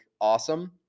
awesome